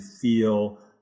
feel